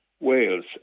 Wales